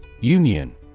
Union